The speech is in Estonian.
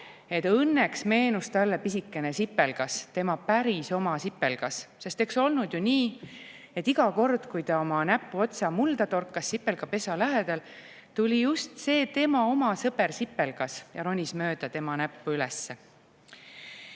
et õnneks meenus talle pisikene sipelgas, tema päris oma sipelgas. Sest eks olnud ju nii, et iga kord, kui ta oma näpuotsa mulda torkas sipelgapesa lähedal, tuli just see tema oma sõber sipelgas ja ronis kribinal-krabinal mööda tema näppu üles.